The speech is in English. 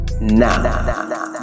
now